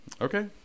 Okay